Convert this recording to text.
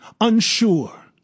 Unsure